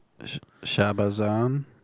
Shabazan